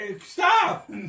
Stop